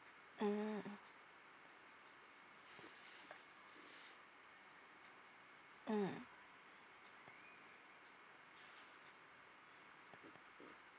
mm mm